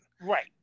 Right